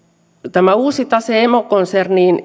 tämä uusi tase emokonserniin